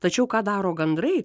tačiau ką daro gandrai